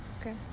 okay